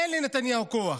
אין לנתניהו כוח,